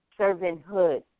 servanthood